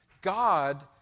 God